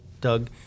Doug